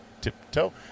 tiptoe